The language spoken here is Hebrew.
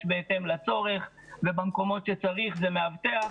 בהתאם לצורך ובמקומות שצריך זה מאבטח.